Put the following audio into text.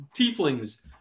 Tieflings